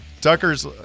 Tucker's